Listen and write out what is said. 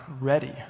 ready